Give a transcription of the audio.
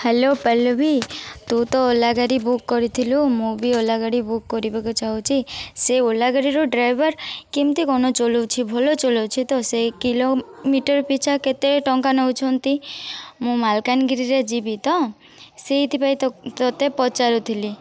hello Pallavi ତୁ ତ ଓଲା ଗାଡ଼ି ବୁକ୍ କରିଥିଲୁ ମୁଁ ବି ଓଲା ଗାଡ଼ି ବୁକ୍ କରିବାକୁ ଚାହୁଁଛି ସେ ଓଲା ଗାଡ଼ିରୁ ଡ୍ରାଇଭର୍ କେମିତି କ'ଣ ଚଲଉଛି ଭଲ ଚଲଉଛି ତ ସେ କିଲୋମିଟର ପିଛା କେତେ ଟଙ୍କା ନେଉଛନ୍ତି ମୁଁ ମାଲକାନଗିରିରେ ଯିବି ତ ସେଇଥିପାଇଁ ତୋତେ ପଚାରୁଥିଲି